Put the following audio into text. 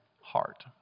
heart